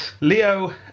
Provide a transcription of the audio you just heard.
Leo